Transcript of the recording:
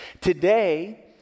Today